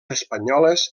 espanyoles